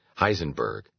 Heisenberg